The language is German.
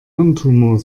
hirntumor